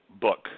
book